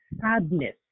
sadness